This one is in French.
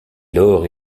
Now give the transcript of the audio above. lors